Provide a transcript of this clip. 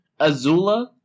Azula